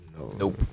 Nope